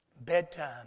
Bedtime